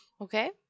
Okay